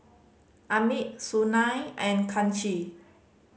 Amit Sunil and Kanshi